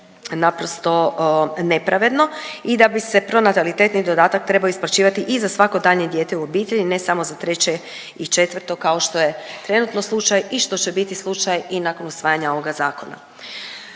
naprosto nepravedno i da bi se pronatalitetni dodatak trebao isplaćivati i za svako daljnje u obitelji ne samo za treće i četvrto kao što je trenutno slučaj i što će biti slučaj i nakon usvajanja ovoga zakona.